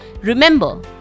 remember